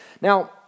now